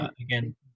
again